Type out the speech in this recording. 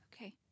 okay